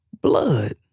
blood